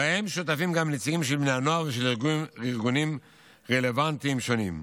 ובה שותפים גם נציגים של בני הנוער ושל ארגונים רלוונטיים שונים.